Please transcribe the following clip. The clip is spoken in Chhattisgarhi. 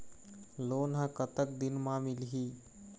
लोन ह कतक दिन मा मिलही?